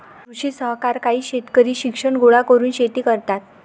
कृषी सहकार काही शेतकरी शिक्षण गोळा करून शेती करतात